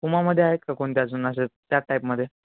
पुमामध्ये आहेत का कोणते अजून असे त्याच टाईपमध्ये